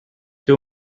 too